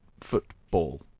football